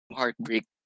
heartbreak